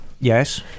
Yes